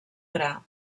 gra